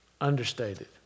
understated